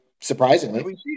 surprisingly